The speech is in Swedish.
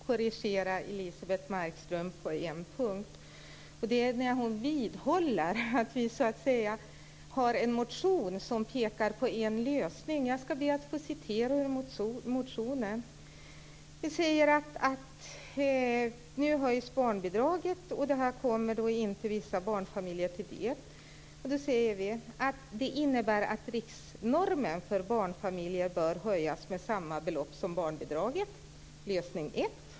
Fru talman! Jag begärde ordet för att korrigera Elisebeht Markström på en punkt. Hon vidhåller att vi har en motion som pekar på en lösning. Jag ska be att få citera ur motionen. Vi säger att nu höjs barnbidraget, och det kommer inte vissa barnfamiljer till del. Vi säger: "Det innebär att riksnormen för barnfamiljer bör höjas med samma belopp som barnbidraget." Det är lösning ett.